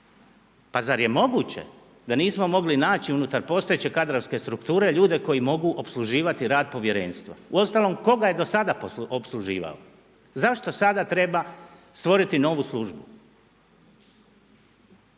Pa zar je moguće da nismo mogli naći unutar postojeće kadrovske strukture ljude koji mogu opsluživati rad povjerenstva? Uostalom koga je do sada opsluživao? Zašto sada treba stvoriti novu službu?